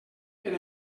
per